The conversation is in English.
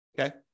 Okay